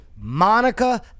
Monica